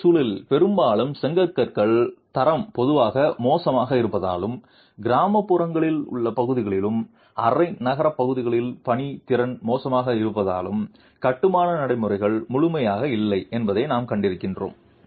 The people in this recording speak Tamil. இந்தியச் சூழலில் பெரும்பாலும் செங்கற்களின் தரம் பொதுவாக மோசமாக இருப்பதாலும் கிராமப்புறங்களில் உள்ள பகுதிகளிலும் அரை நகர்ப்புறங்களிலும் பணித்திறன் மோசமாக இருப்பதாலும் கட்டுமான நடைமுறைகள் முழுமையானதாக இல்லை என்பதை நாம் கண்டிருக்கிறோம்